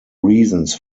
reasons